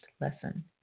lesson